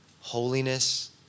Holiness